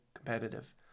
competitive